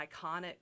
iconic